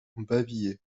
bavilliers